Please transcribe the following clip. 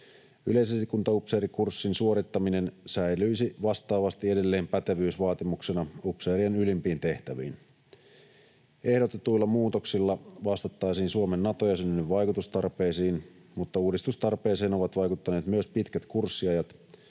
Yleisesikuntaupseerikurssin suorittaminen säilyisi vastaavasti edelleen pätevyysvaatimuksena upseerien ylimpiin tehtäviin. Ehdotetuilla muutoksilla vastattaisiin Suomen Nato-jäsenyyden vaikutustarpeisiin, mutta uudistustarpeeseen ovat vaikuttaneet myös pitkät kurssiajat,